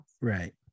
Right